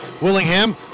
Willingham